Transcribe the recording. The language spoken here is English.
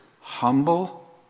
humble